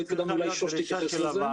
אולי שוש תתייחס לזה.